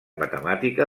matemàtica